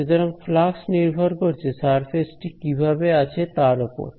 সুতরাং ফ্লাক্স নির্ভর করছে সারফেস টি কিভাবে আছে তার উপর